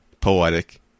poetic